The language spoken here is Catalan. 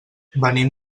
venim